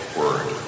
word